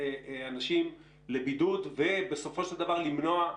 אנשים לבידוד ובסופו של דבר למנוע.